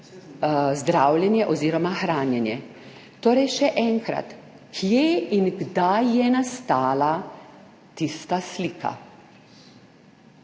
zdravljenje oziroma hranjenje. Torej še enkrat, kje in kdaj je nastala tista slika?